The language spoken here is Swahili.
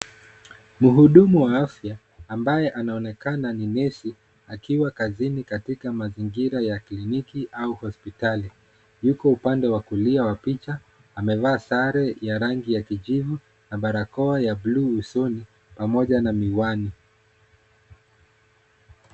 Muhudumu wa afya ambaye anaonekana ni nesi, akiwa kazini katika mazingira ya kliniki au hospitali. Yuko upande wa kulia wa picha, amevaa sare ya rangi ya kijivu na barakoa ya bluu usoni, pamoja na miwani.